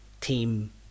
team